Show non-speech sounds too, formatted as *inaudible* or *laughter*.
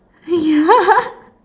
ya *laughs*